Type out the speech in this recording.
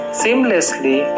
seamlessly